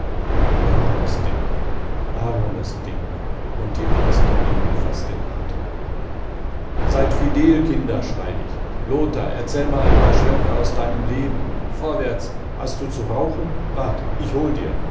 armes ding armes ding und die angst benimmt mir fast den atem seid fidel kinder schrei ich lothar erzähl mal ein paar schwanke aus deinem leben vorwärts hast du zu rauchen wart ich hol dir